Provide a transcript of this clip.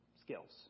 skills